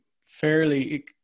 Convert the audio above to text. fairly